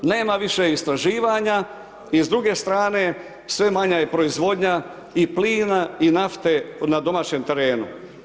Nema više istraživanja i s druge strane sve manja je proizvodnja i plina i nafte na domaćem terenu.